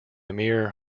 mere